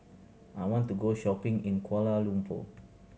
I want to go shopping in Kuala Lumpur